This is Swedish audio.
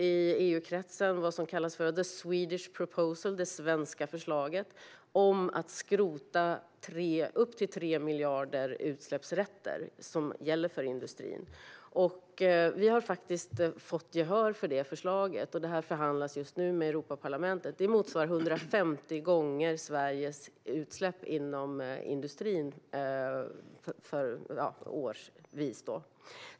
I EU-kretsen har vi drivit vad som kallas the Swedish proposal, det svenska förslaget, om att skrota upp till tre miljarder utsläppsrätter som gäller för industrin. Vi har fått gehör för detta förslag, och det förhandlas just nu med Europaparlamentet. Det motsvarar 150 gånger Sveriges utsläpp inom industrin årsvis.